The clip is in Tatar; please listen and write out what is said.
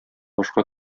башка